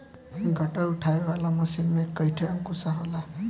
गट्ठर उठावे वाला मशीन में कईठे अंकुशा होला